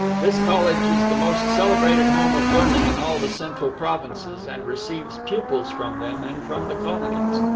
this college is the most celebrated home of learning in all the central provinces, and receives pupils from them and from the colonies.